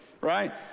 right